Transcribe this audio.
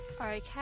Okay